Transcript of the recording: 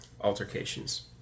altercations